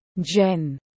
Jen